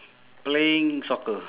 playing soccer